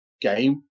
game